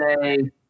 say